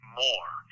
more